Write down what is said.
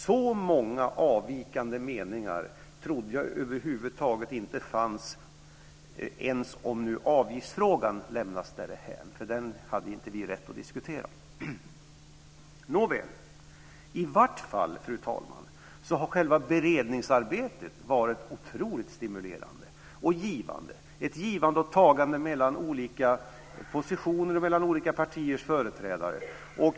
Så många avvikande meningar trodde jag över huvud taget inte fanns ens om avgiftsfrågan lämnas därhän. Den hade vi inte rätt att diskutera. I vart fall, fru talman, har själva beredningsarbetet varit otroligt stimulerande och givande. Det har varit ett givande och tagande mellan olika positioner och mellan olika partiers företrädare.